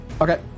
Okay